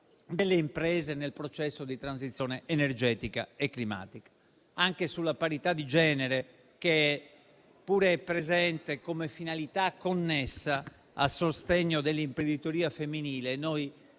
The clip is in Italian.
delle imprese nel processo di transizione energetica e climatica. Anche sulla parità di genere, che pure è presente come finalità connessa a sostegno dell'imprenditoria femminile, noi